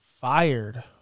fired